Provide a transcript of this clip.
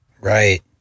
Right